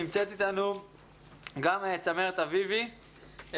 נמצאת איתנו גם צמרת אביבי,